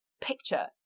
picture